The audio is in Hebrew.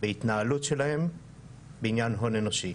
והתנהלות שלהן בעניין הון אנושי.